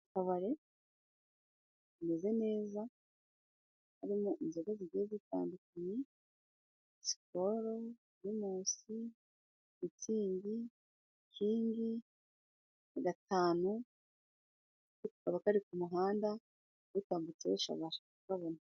Akabare kameze neza, harimo inzoga zigiye zitandukanye sikoro, pirimusi, mitsingi, king, gatanu kabaga kari ku muhanda utambutse wese abasha kukabona.